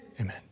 Amen